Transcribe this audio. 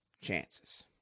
chances